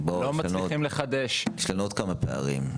לא מצליחים לחדש --- יש לנו עוד כמה פערים.